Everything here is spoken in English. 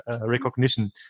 recognition